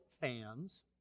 fans